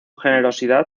generosidad